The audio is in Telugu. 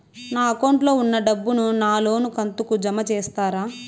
నా అకౌంట్ లో ఉన్న డబ్బును నా లోను కంతు కు జామ చేస్తారా?